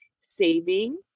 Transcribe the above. saving